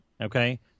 Okay